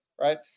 right